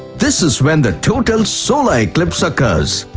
this is when the total solar eclipse occurs,